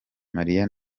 marie